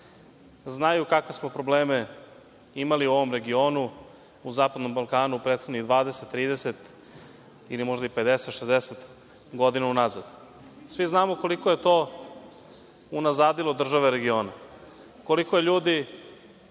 znaju kakve smo probleme imali u ovom regionu, na zapadnom Balkanu u prethodnih 20, 30 ili možda 50, 60 godina unazad. Svi znamo koliko je to unazadilo države regiona, koliko je ljudi